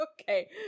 Okay